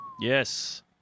Yes